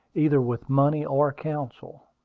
either with money or counsel.